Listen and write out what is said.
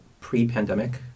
pre-pandemic